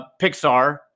Pixar